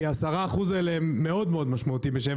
כי 10% האלה הם מאוד מאוד משמעותיים בשבילם,